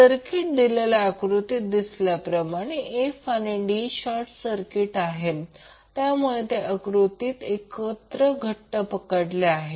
circuit दिलेल्या आकृतीत असल्याप्रमाणे दिसेल f आणि d शॉर्ट सर्किट आहे त्यामुळे ते आकृतीत एकत्र घट्ट पकडले आहे